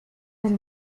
del